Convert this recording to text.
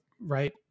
right